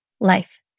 life